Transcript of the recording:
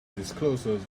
discloses